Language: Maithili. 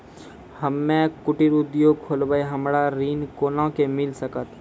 हम्मे कुटीर उद्योग खोलबै हमरा ऋण कोना के मिल सकत?